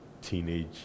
teenage